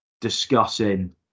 discussing